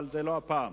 אבל זה לא הפעם.